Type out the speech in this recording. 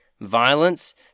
violence